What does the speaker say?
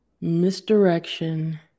misdirection